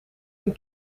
een